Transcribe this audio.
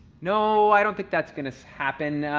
no, i don't think that's gonna happen.